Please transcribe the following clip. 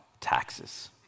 taxes